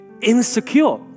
insecure